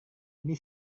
ini